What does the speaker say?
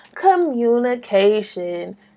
communication